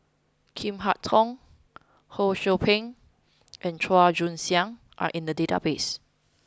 Chin Harn Tong Ho Sou Ping and Chua Joon Siang are in the database